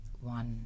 one